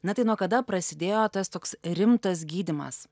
na tai nuo kada prasidėjo tas toks rimtas gydymas